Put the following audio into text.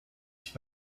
ich